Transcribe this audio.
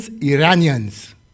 Iranians